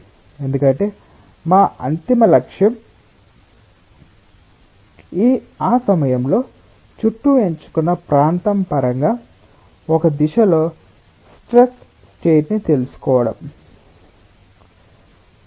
ఎందుకంటే మా అంతిమ లక్ష్యం ఆ సమయంలో చుట్టూ ఎంచుకున్న ప్రాంతం పరంగా ఒక దశలో స్ట్రెస్ స్టేట్ ని తెలుసుకోవడం